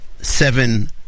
seven